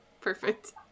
Perfect